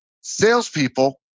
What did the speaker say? Salespeople